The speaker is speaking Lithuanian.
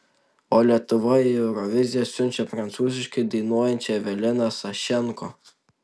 o lietuva į euroviziją siunčia prancūziškai dainuojančią eveliną sašenko